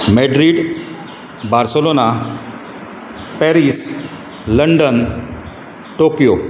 Madrid Barcelona Paris London Tokyo